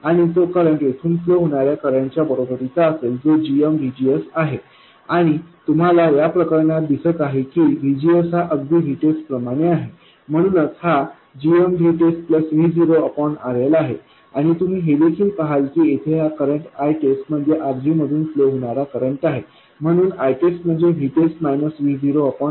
आणि तो करंट येथून फ्लो होणार्या करंटच्या बरोबरीचा असेल जो gmVGS आहे आणि तुम्हाला या प्रकरणात दिसत आहे की VGS हा अगदी VTEST प्रमाणेच आहे म्हणूनच हा gmVTEST Vo RL आहे आणि तुम्ही हे देखील पहाल की येथे हा करंट ITEST म्हणजे RG मधून फ्लो होणारा करंट आहे म्हणून ITEST म्हणजे RGआहे